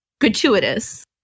gratuitous